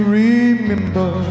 remember